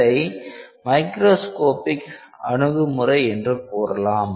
இதை மைக்ரோஸ்கோப்பிக் அணுகுமுறை என்று கூறலாம்